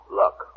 look